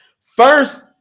First